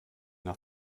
nach